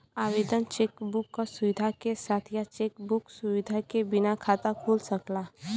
आवेदक cheque book क सुविधा के साथ या चेक बुक सुविधा के बिना खाता खोल सकला